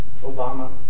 Obama